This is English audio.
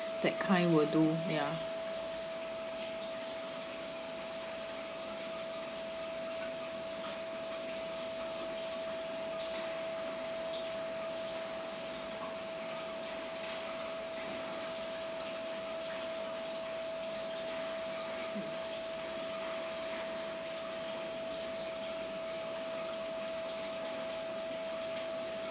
that kind will do ya